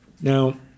Now